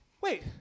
Wait